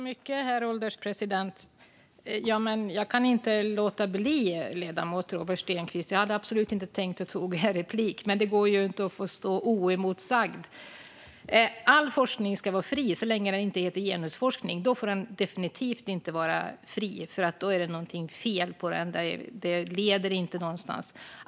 Herr ålderspresident! Jag kunde inte låta bli att begära replik, ledamot Robert Stenkvist. Jag hade absolut inte tänkt göra det, men det går ju inte att låta detta få stå oemotsagt. All forskning ska vara fri så länge den inte heter genusforskning. Då får den definitivt inte vara fri, för då är det någonting fel på den och leder inte någonstans.